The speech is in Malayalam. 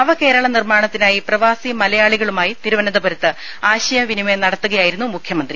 നവകേരള നിർമാണത്തിനായി പ്രവാസി മലയാളികളുമായി തിരുവനന്തപുരത്ത് ആശയവിനിമയം നടത്തുകയായിരുന്നു മുഖ്യമന്ത്രി